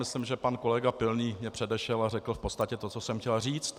Myslím, že pan kolega Pilný mě předešel a řekl v podstatě to, co jsem chtěl říct.